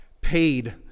paid